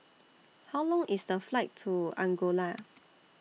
How Long IS The Flight to Angola